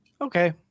okay